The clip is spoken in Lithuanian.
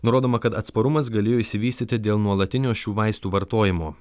nurodoma kad atsparumas galėjo išsivystyti dėl nuolatinio šių vaistų vartojimo